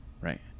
Right